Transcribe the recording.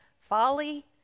folly